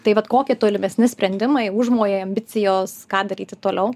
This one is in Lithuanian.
tai vat kokie tolimesni sprendimai užmojai ambicijos ką daryti toliau